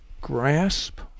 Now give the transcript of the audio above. grasp